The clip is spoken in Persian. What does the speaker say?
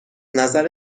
نظر